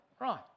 right